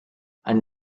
and